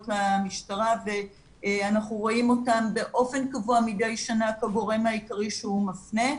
מהמשטרה ואנחנו רואים אותם באופן קבוע מדי שנה כגורם העיקרי שהוא מפנה.